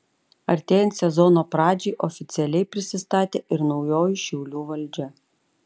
artėjant sezono pradžiai oficialiai prisistatė ir naujoji šiaulių valdžia